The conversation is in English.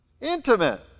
Intimate